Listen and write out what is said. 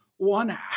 One